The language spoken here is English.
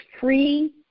free